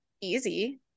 easy